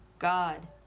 god,